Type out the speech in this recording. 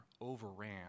overran